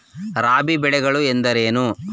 ರಾಬಿ ಬೆಳೆಗಳು ಎಂದರೇನು?